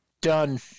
Done